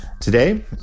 Today